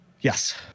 Yes